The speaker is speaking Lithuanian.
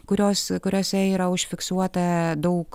kurios kuriose yra užfiksuota daug